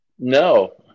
No